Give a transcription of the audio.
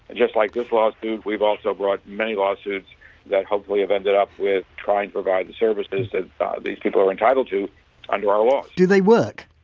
and just like this lawsuit we've also brought many lawsuits that hopefully have ended up with trying to provide the services that these people are entitled to under our laws. whitedo they work?